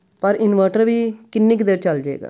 ਪਰ ਇਨਵਰਟਰ ਵੀ ਕਿੰਨੀ ਕੁ ਦੇਰ ਚੱਲ ਜਾਵੇਗਾ